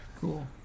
Cool